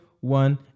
one